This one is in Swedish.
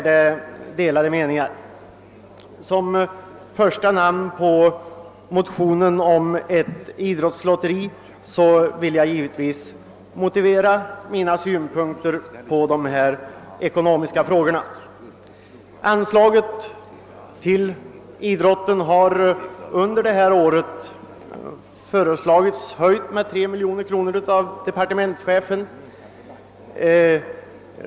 Då jag står som första namn på motionen om ett idrottslotteri vill jag motivera mina synpunkter på de ekonomiska frågorna. Departementschefen har föreslagit en höjning av anslaget till idrotten med 3 miljoner kronor.